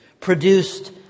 produced